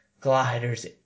gliders